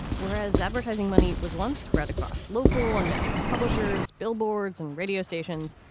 whereas advertising money was once spread across local and national publishers, billboards and radio stations.